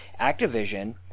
Activision